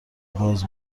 باز